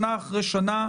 שנה אחרי שנה,